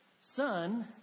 son